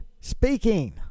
speaking